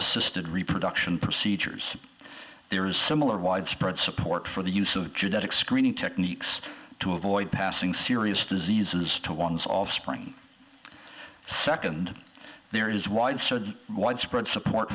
assisted reproduction procedures there is similar widespread support for the use of genetic screening techniques to avoid passing serious diseases to one's offspring second there is widespread widespread support